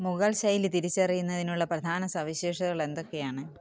മുഗൾ ശൈലി തിരിച്ചറിയുന്നതിനുള്ള പ്രധാന സവിശേഷതകൾ എന്തൊക്കെയാണ്